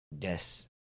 Yes